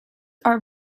are